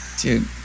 Dude